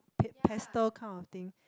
oa~ pastel kind of thing